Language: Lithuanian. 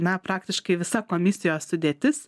na praktiškai visa komisijos sudėtis